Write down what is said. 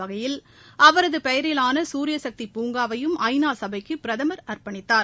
வகையில் அவரது பெயரிவான சூரியசக்தி பூங்காவையும் ஐ நா சபைக்கு பிரதமர் அர்ப்பணித்தார்